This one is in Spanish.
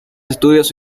estudios